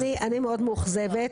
אני מאוד מאוכזבת.